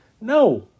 No